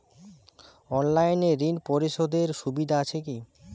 অনলাইনে ঋণ পরিশধের সুবিধা আছে কি?